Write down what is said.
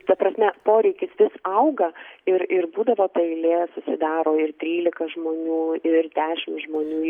ta prasme poreikis vis auga ir ir būdavo ta eilė susidaro ir trylika žmonių ir dešim žmonių